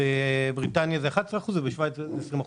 בבריטניה זה 11% ובשוויץ זה 20%,